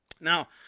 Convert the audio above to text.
Now